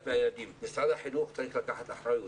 משרד החינוך צריך לקחת אחריות.